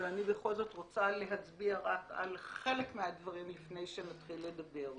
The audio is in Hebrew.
אבל בכל זאת אני רוצה להצביע רק על חלק מהדברים לפני שנתחיל לדבר.